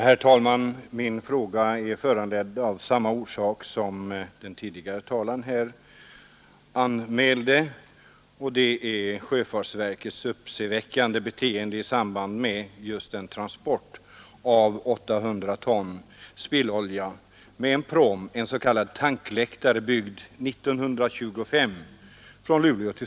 Herr talman! Min fråga föranleddes liksom herr Stridsmans av sjöfartsverkets uppseendeväckande beteende i samband med transporten av 800 ton spillolja från Luleå till Stockholm med en pråm, en s.k. tankläktare, byggd 1925.